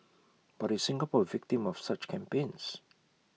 but is Singapore A victim of such campaigns